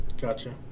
Gotcha